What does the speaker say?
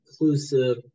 inclusive